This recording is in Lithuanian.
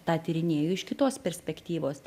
tą tyrinėju iš kitos perspektyvos